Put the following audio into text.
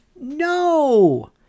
No